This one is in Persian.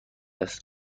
است